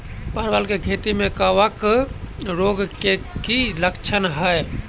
परवल केँ खेती मे कवक रोग केँ की लक्षण हाय?